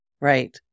Right